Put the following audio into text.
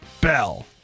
bell